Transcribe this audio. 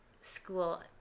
school